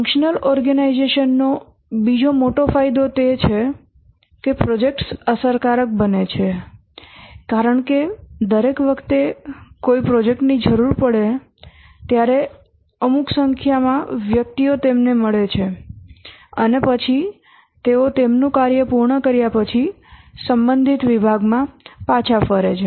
functional organization નો બીજો મોટો ફાયદો તે છે પ્રોજેક્ટ્સ અસરકારક બને છે કારણ કે દરેક વખતે કોઈ પ્રોજેક્ટની જરૂર પડે ત્યારે અમુક સંખ્યામાં વ્યક્તિઓ તેમને મળે છે અને પછી તેઓ તેમનું કાર્ય પૂર્ણ કર્યા પછી સંબંધિત વિભાગમાં પાછા ફરે છે